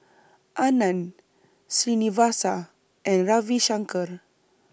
Anand Srinivasa and Ravi Shankar